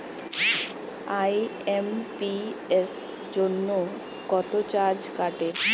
IMPS জন্য কত charge কাটে?